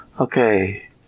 Okay